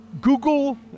Google